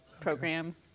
program